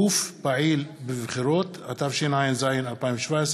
(גוף פעיל בבחירות), התשע"ז 2017,